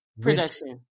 production